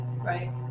Right